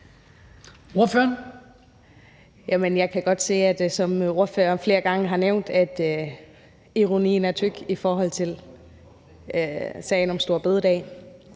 jeg kan godt se, som ordføreren flere gange har nævnt, at ironien er tyk i forhold til sagen om store bededag.